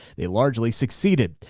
they largely succeeded.